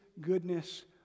goodness